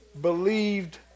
believed